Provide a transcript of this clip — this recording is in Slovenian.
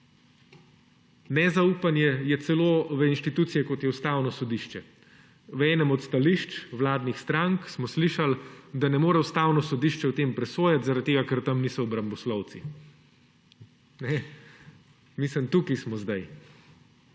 nezaupanje je celo v inštitucije, kot je Ustavno sodišče. V enem od stališč vladnih strank smo slišali, da ne more Ustavno sodišče o tem presojati, zaradi tega, ker tam niso obramboslovci. Tukaj smo zdaj.